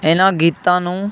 ਇਹਨਾਂ ਗੀਤਾਂ ਨੂੰ